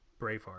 Braveheart